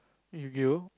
Yugioh